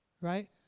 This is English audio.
right